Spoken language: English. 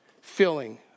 filling